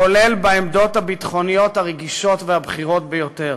כולל בעמדות הביטחוניות הרגישות והבכירות ביותר.